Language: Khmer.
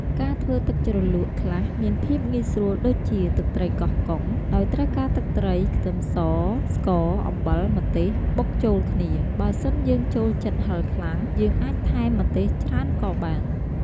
ការធ្វើទឹកជ្រលក់ខ្លះមានភាពងាយស្រួលដូចជា ទឹកត្រីកោះកុង ដោយត្រូវការទឹកត្រី ខ្ទឹមស ស្ករ អំបិល ម្ទេស បុកចូលគ្នា បើសិនយើងចូលចិត្តហិលខ្លាំង យើងអាចថែមម្ទេសច្រើនក៏បាន។